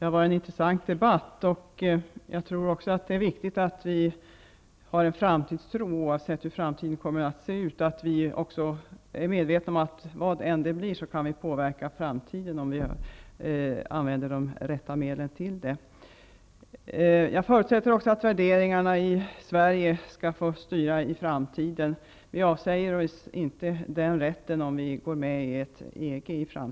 Herr talman! Det har varit en intressant debatt. Det är viktigt att vi har en framtidstro oavsett hur framtiden kommer att se ut. Vi skall vara medvetna om att vi hur det än blir kan, om vi använder de rätta medlen, påverka framtiden. Jag förutsätter att de värderingar vi har i Sverige skall få styra i framtiden. Vi avsäger oss inte den rätten om vi går med i EG.